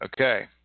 Okay